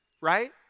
right